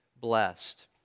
blessed